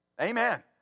Amen